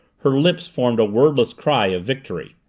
her lips formed a wordless cry of victory.